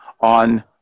on